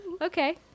okay